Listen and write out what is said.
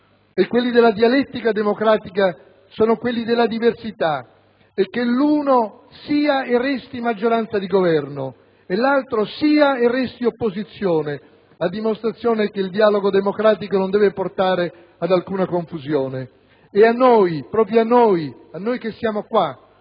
e della dialettica democratica sono quelli della diversità e che l'uno sia e resti maggioranza di governo, l'altro sia e resti opposizione a dimostrazione che il dialogo democratico non deve portare ad alcuna confusione. È a noi, proprio a noi, che Moro sta